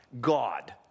God